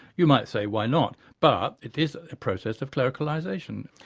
you might say why not, but it is a process of clericalisation.